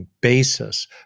basis